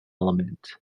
element